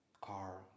car